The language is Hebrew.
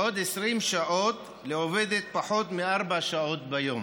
ועד 20 שעות לעובדת פחות מארבע שעות ביום.